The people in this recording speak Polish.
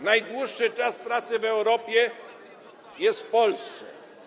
Najdłuższy czas pracy w Europie jest w Polsce.